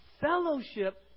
Fellowship